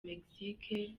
mexique